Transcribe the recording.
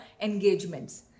engagements